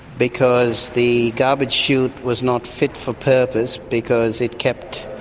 because the garbage chute was not fit for purpose because it kept